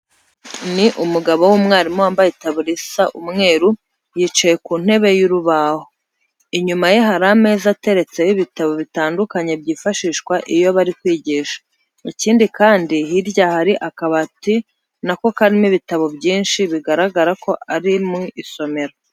Ni umugabo w'umwarimu wambaye itaburiya isa umweru, yicaye ku ntebe y'urubaho. Inyuma ye hari ameza ateretseho ibitabo bitandukanye byifashishwa iyo bari kwigisha. Ikindi kandi, hirya hari akabati na ko karimo ibitabo byinshi, bigaragara ko ari mu isomero.